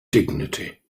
dignity